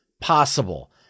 possible